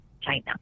China